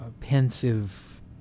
pensive